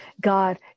God